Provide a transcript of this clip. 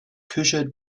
küche